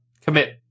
commit